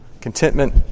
Contentment